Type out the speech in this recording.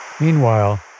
Meanwhile